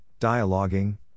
dialoguing